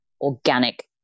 organic